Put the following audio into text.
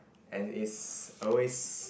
and it's always